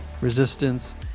resistance